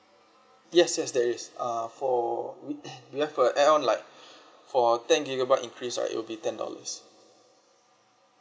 yes yes there is uh for we we have a add on like for ten gigabyte increase right it will be ten dollars